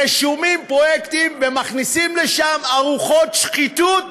רשומים פרויקטים ומכניסים לשם ארוחות שחיתות